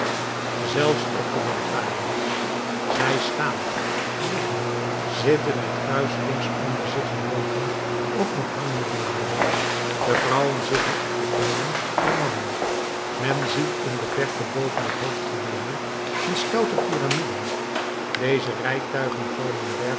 zelfs op de lantaarns zij staan liggen zitten met kruiselings onder zich gebogen of met hangende beenen de vrouwen zitten op de knieën der mannen men ziet in de verte boven het hoofdgewemel hun stoute pyramieden deze rijtuigen vormen bergen